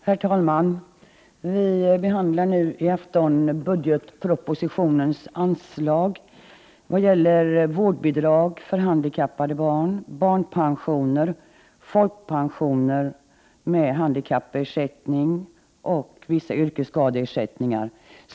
Herr talman! Vi behandlar nu i afton budgetpropositionens anslag vad gäller vårdbidrag för handikappade barn, barnpensioner, folkpensioner med handikappersättning och vissa yrkesskadeersättningar.